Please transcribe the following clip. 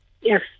Yes